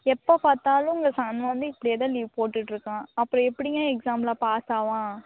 எப்போ பார்த்தாலும் உங்கள் சன் வந்து இப்படியே தான் லீவ் போட்டுகிட்டு இருக்கான் அப்புறம் எப்படிங்க எக்ஸாமில் பாஸ் ஆவான்